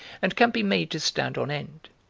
and can be made to stand on end.